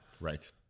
Right